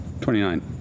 twenty-nine